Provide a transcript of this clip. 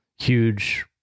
huge